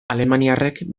alemaniarrek